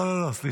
לא, לא, סליחה.